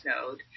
Node